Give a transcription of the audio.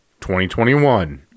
2021